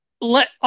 let